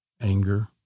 anger